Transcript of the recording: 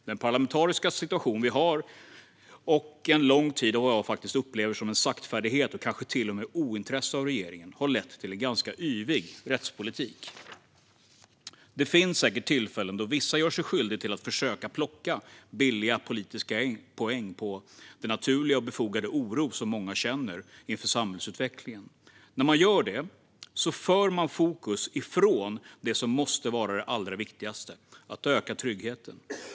Den parlamentariska situation vi har och en lång tid av vad jag faktiskt upplever som en saktfärdighet och kanske till och med ointresse från regeringen har lett till en ganska yvig rättspolitik. Det finns säkert tillfällen då vissa gör sig skyldiga till att försöka plocka billiga politiska poäng på den naturliga och befogade oro som många känner inför samhällsutvecklingen. När man gör det för man fokus från det som måste vara det allra viktigaste, att öka tryggheten.